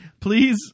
Please